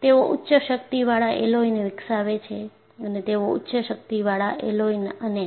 તેઓ ઉચ્ચ શક્તિવાળા એલોયને વિકસાવે છે અને તેઓ ઉચ્ચ શક્તિવાળા એલોય અને